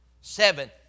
Seven